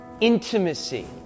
intimacy